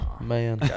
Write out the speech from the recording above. man